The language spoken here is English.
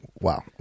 wow